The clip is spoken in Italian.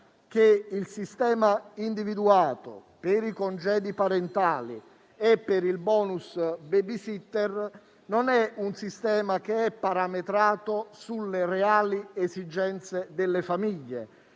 che il sistema individuato per i congedi parentali e per il *bonus babysitter* non è parametrato sulle reali esigenze delle famiglie;